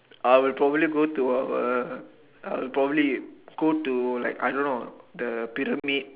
I will probably go to our I will probably go to like I don't know the pyramid